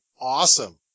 awesome